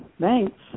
Thanks